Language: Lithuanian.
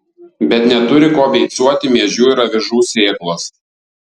bet neturi kuo beicuoti miežių ir avižų sėklos